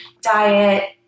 diet